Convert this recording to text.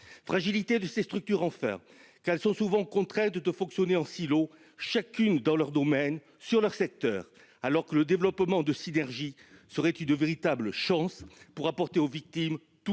Troisièmement, ces structures sont souvent contraintes de fonctionner en silo, chacune dans leur domaine, sur leur secteur, alors que le développement de synergies serait une véritable chance pour apporter aux victimes tout